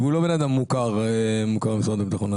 הוא לא בן אדם מוכר משרד הביטחון,